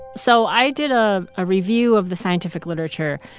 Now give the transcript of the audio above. so i did a ah review of the scientific literature,